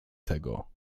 tego